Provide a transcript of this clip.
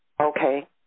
Okay